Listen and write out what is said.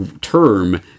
term